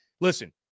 Listen